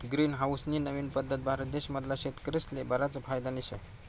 green house नी नवीन पद्धत भारत देश मधला शेतकरीस्ले बरीच फायदानी शे